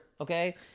okay